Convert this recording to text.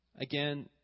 Again